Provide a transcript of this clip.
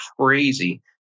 crazy